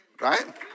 Right